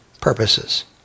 purposes